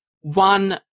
One